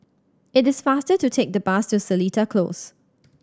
it is faster to take the bus to Seletar Close